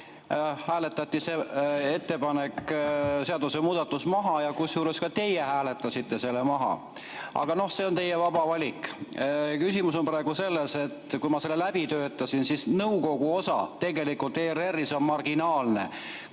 hääletati see seadusemuudatus maha, kusjuures ka teie hääletasite selle maha. Aga noh, see on teie vaba valik. Küsimus on praegu selles, et kui ma selle läbi töötasin, siis nägin, et nõukogu osa ERR‑is on marginaalne.